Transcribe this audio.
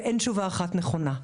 ואין תשובה אחת נכונה.